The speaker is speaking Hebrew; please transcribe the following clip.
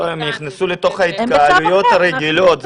לא, הם נכנסו לתוך ההתקהלויות הרגילות.